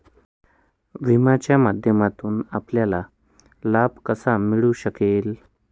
विम्याच्या माध्यमातून आपल्याला लाभ कसा मिळू शकेल?